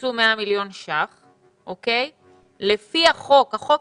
הוקצו 100 מיליון שקלים ולפי החוק החוק